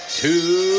Two